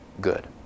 good